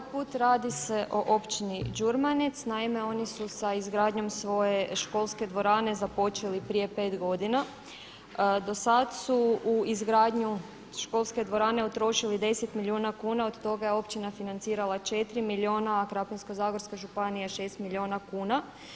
Ovaj put radi se o općini Đurmanec, naime, oni su sa izgradnjom svoje školske dvorane započeli prije 5 godina, do sada su u izgradnju školske dvorane utrošili 10 milijuna kuna, od toga je općina financirala 4 milijuna a Krapinsko-zagorska županija 6 milijuna kuna.